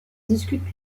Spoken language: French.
discute